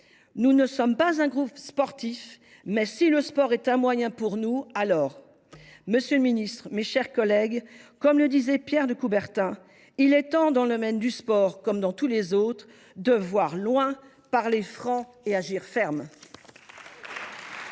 Nous ne sommes pas un groupe sportif, même si le sport est un moyen pour nous. » Monsieur le ministre, mes chers collègues, comme l’écrivait Pierre de Coubertin, il est temps, dans le domaine du sport comme dans tous les autres, de « voir loin, parler franc, agir ferme